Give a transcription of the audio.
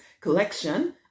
collection